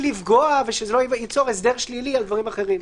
לפגוע ושזה לא יצור הסדר שלילי על דברים אחרים.